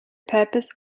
purpose